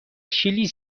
شیلی